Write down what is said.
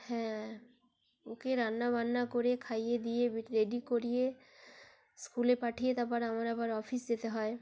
হ্যাঁ ওকে রান্না বান্না করে খাইয়ে দিয়ে রেডি করিয়ে স্কুলে পাঠিয়ে তারপর আমার আবার অফিস যেতে হয়